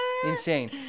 insane